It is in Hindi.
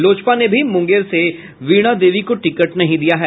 लोजपा ने भी मुंगेर से वीणा देवी को टिकट नहीं दिया है